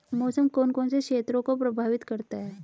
मौसम कौन कौन से क्षेत्रों को प्रभावित करता है?